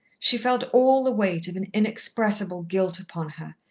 she felt all the weight of an inexpressible guilt upon her,